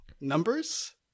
numbers